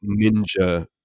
ninja